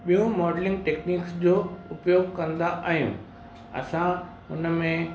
ॿियू modelling techniques जो उपयोगु कंदा आहियूं असां उनमें